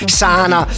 sana